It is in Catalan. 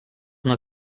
una